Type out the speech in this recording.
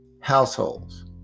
households